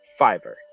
Fiverr